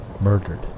murdered